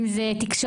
אם זה תקשורת,